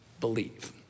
believe